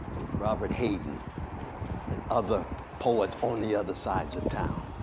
robert hayden and other poets, on the other sides of town.